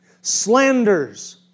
slanders